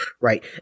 right